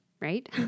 right